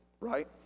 right